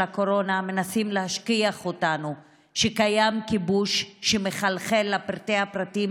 הקורונה מנסים להשכיח מאיתנו שקיים כיבוש שמחלחל לפרטי-הפרטים